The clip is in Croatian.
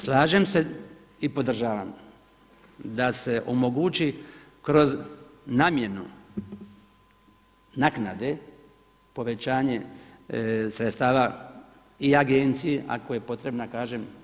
Slažem se i podržavam da se omogući kroz namjenu naknade povećanje sredstava i agenciji ako je potrebna kažem.